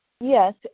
Yes